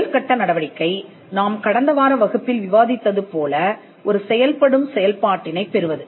முதல் கட்ட நடவடிக்கை நாம் கடந்த வார வகுப்பில் விவாதித்தது போல ஒரு செயல் படும் வெளிப்பாட்டினைப் பெறுவது